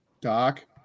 Doc